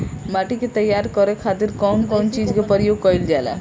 माटी के तैयार करे खातिर कउन कउन चीज के प्रयोग कइल जाला?